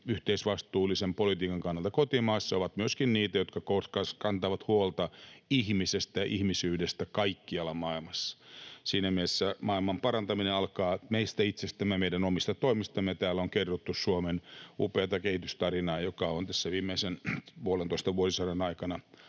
yhteisvastuullisen politiikan kannalla kotimaassa, ovat myöskin niitä, jotka kantavat huolta ihmisestä ja ihmisyydestä kaikkialla maailmassa. Siinä mielessä maailmanparantaminen alkaa meistä itsestämme, meidän omista toimistamme. Täällä on kerrottu Suomen upeata kehitystarinaa, joka on tässä viimeisen puolentoista vuosisadan aikana